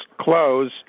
close